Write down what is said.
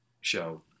show